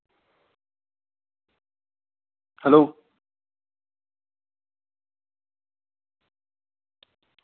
hello